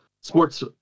sports